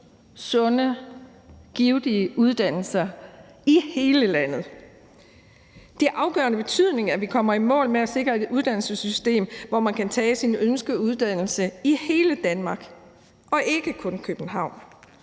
sunde og givtige uddannelser i hele landet. Det er af afgørende betydning, at vi kommer i mål med at sikre et uddannelsessystem, hvor man kan tage sin ønskeuddannelse i hele Danmark og ikke kun i København.